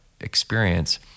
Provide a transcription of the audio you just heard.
experience